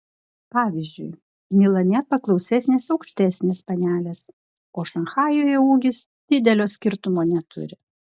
pavyzdžiui milane paklausesnės aukštesnės panelės o šanchajuje ūgis didelio skirtumo neturi